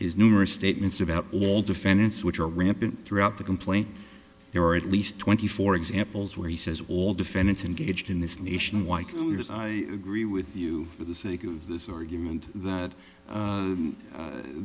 his numerous statements about all defendants which are rampant throughout the complaint there were at least twenty four examples where he says all defendants in gauged in this nationwide i agree with you for the sake of this argument that